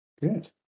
Good